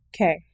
Okay